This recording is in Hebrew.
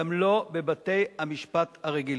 גם לא בבתי-המשפט הרגילים.